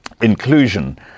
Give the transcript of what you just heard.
Inclusion